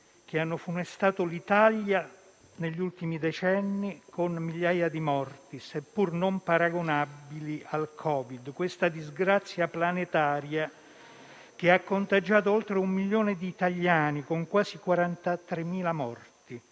che hanno funestato l'Italia negli ultimi decenni, con migliaia di morti, seppur non paragonabili a quelli del Covid-19, questa disgrazia planetaria che ha contagiato oltre un milione di italiani, con quasi 43.000 morti.